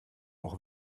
auch